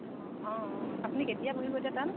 অঁ অঁ আপুনি কেতিয়া বহিব এতিয়া তাত